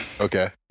Okay